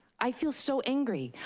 i feel so angry,